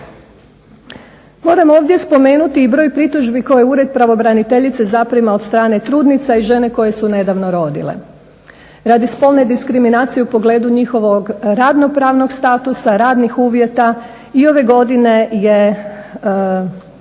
Moram ovdje spomenuti i broj pritužbi koje ured pravobraniteljice zaprima od strane trudnica i žene koje su nedavno rodile. Radi spolne diskriminacije u pogledu njihovog radno-pravnog statusa, radnih uvjeta i ove godine je